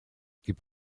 gibt